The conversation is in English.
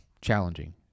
challenging